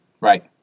Right